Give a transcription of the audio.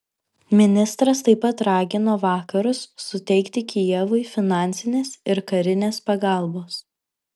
ministras taip pat ragino vakarus suteikti kijevui finansinės ir karinės pagalbos